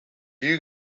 you